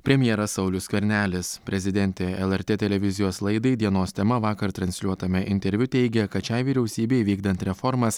premjeras saulius skvernelis prezidentė lrt televizijos laidai dienos tema vakar transliuotame interviu teigė kad šiai vyriausybei vykdant reformas